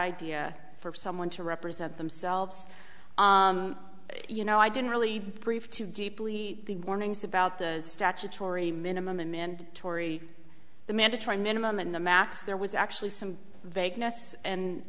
idea for someone to represent themselves you know i didn't really brief too deeply the warnings about the statutory minimum in tory the mandatory minimum and the max there was actually some vagueness and